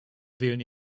wählen